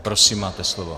Prosím, máte slovo.